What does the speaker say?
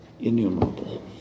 innumerable